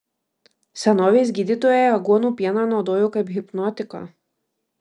senovės gydytojai aguonų pieną naudojo kaip hipnotiką